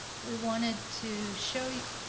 we wanted to show you,